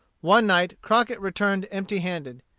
one night, crockett returned empty-handed.